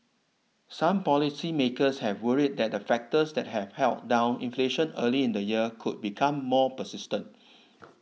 some policymakers had worried that the factors that had held down inflation early in the year could become more persistent